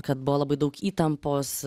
kad buvo labai daug įtampos